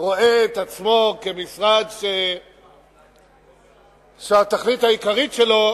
רואה את עצמו כמשרד שהתכלית העיקרית שלו